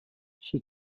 she